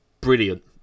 brilliant